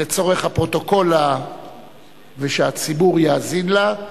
לצורך הפרוטוקול ושהציבור יאזין לה.